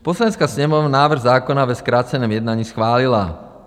Poslanecká sněmovna návrh zákona ve zkráceném jednání schválila.